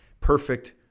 Perfect